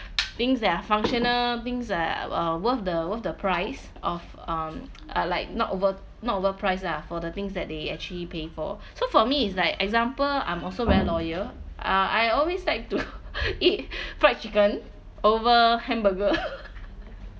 things that are functional things that are worth the worth the price of um uh like not over not overpriced ah for the things that they actually pay for so for me is like example I'm also very loyal uh I always like to eat fried chicken over hamburger